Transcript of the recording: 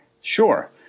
Sure